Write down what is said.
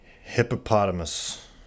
hippopotamus